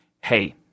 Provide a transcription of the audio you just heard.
hey